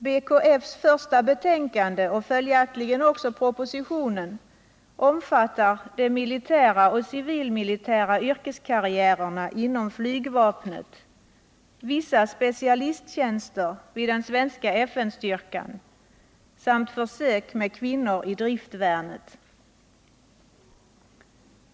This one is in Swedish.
BKF:s första betänkande och följaktligen också propositionen omfattar de militära och civilmilitära yrkeskarriärerna inom flygvapnet, vissa specialisttjänster vid den svenska FN-styrkan samt försök med kvinnor i driftvärnet.